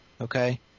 okay